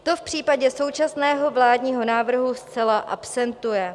To v případě současného vládního návrhu zcela absentuje.